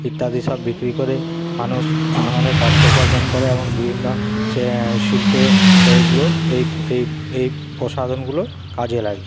ইত্যাদি সব বিক্রি করে মানুষ অনেক অর্থ উপার্জন করে এবং বিভিন্ন শিল্পে এইগুলো এই এই এই প্রসাধনগুলো কাজে লাগে